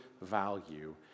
value